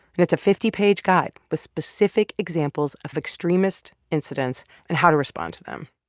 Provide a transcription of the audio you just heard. and it's a fifty page guide with specific examples of extremist incidents and how to respond to them.